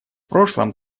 прошлом